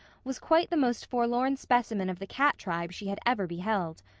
was quite the most forlorn specimen of the cat tribe she had ever beheld.